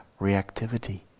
reactivity